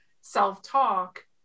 self-talk